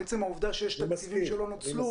עצם העובדה שיש תקציבים שלא נוצל,